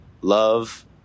love